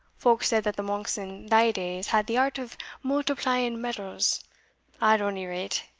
folk said that the monks in thae days had the art of multiplying metals at ony rate,